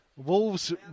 Wolves